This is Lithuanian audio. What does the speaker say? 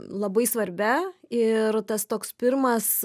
labai svarbia ir tas toks pirmas